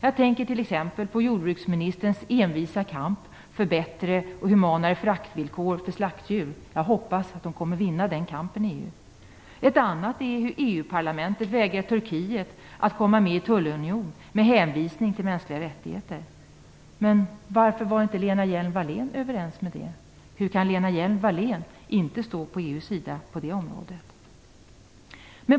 Jag tänker t.ex. på jordbruksministerns envisa kamp för bättre och humanare fraktvillkor för slaktdjur. Jag hoppas att hon kommer att vinna den kampen i EU. Ett annat exempel är att EU-parlamentet har vägrat Turkiet att komma med i en tullunion med hänvisning till problemen där med mänskliga rättigheter. Varför intog inte Lena Hjelm-Wallén samma ståndpunkt? Hur kan Lena Hjelm-Wallén undgå att stå på EU:s sida på det området?